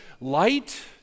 light